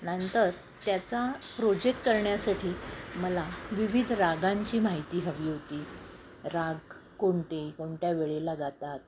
नंतर त्याचा प्रोजेक्ट करण्यासाठी मला विविध रागांची माहिती हवी होती राग कोणते कोणत्या वेळेला गातात